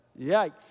Yikes